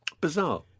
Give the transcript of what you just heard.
Bizarre